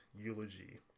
eulogy